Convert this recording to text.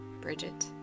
Bridget